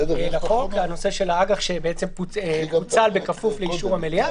זה הנושא של האג"ח שפוצל בכפוף לאישור המליאה.